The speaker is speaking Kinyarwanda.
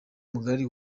mugari